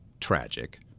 tragic